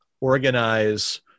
organize